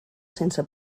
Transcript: sense